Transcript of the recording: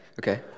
Okay